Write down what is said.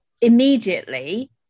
immediately